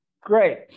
Great